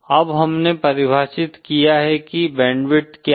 अब हमने परिभाषित किया है कि बैंडविड्थ क्या है